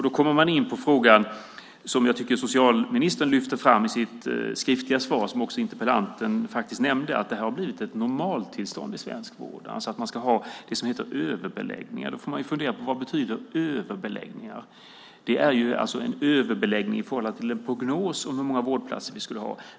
Då kommer man in på en fråga som jag tycker att socialministern lyfter fram i sitt skriftliga svar och som också interpellanten faktiskt nämnde. Det här har blivit ett normaltillstånd i svensk vård, alltså att man ska ha det som kallas överbeläggning. Då får man fundera på vad överbeläggning betyder. Det är alltså en överbeläggning i förhållande till en prognos om hur många vårdplatser vi ska ha.